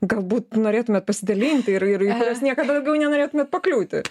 galbūt norėtumėt pasidalinti ir ir į jas niekad daugiau nenorėtumėt pakliūti